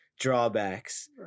drawbacks